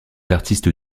artistes